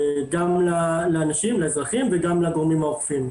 גם לאנשים ולאזרחים וגם לגורמים האוכפים.